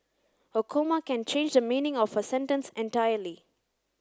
a comma can change the meaning of a sentence entirely